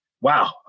wow